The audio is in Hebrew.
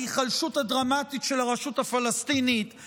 ההיחלשות הדרמטית של הרשות הפלסטינית,